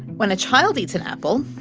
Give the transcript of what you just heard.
when a child eats an apple,